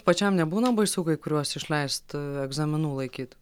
pačiam nebūna baisu kai kuriuos išleist egzaminų laikyt